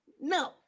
No